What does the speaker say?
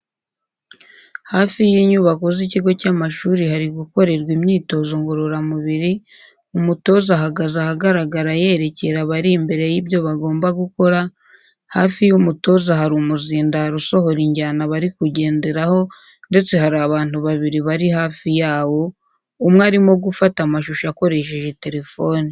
Hafi y'inyubako z'ikigo cy'amashuri hari gukorerwa imyitozo ngororamubiri, umutoza ahagaze ahagaragara yerekera abari imbere ye ibyo bagomba gukora, hafi y'umutoza hari umuzindaro usohora injyana bari kugenderaho ndetse hari abantu babiri bari hafi yawo, umwe arimo gufata amashusho akoresheje telefoni.